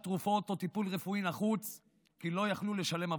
תרופות או על טיפול רפואי נחוץ כי לא יכלו לשלם עבורם.